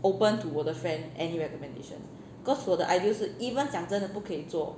open to 我的 friend any recommendation cause 我的 idea 是 even 讲真的不可以做